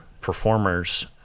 performers